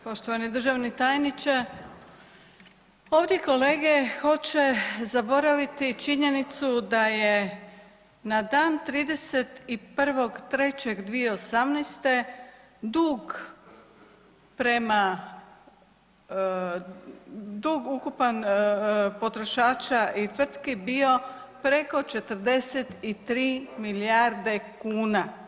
Poštovani državni tajniče, ovdje kolege hoće zaboraviti činjenicu da je na dan 31.3.2018. dug prema, dug ukupan potrošača i tvrtki bio preko 43 milijarde kuna.